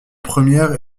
premières